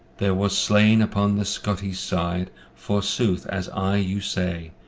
there was slain upon the scottes side, for sooth as i you say,